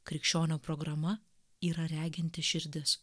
krikščionio programa yra reginti širdis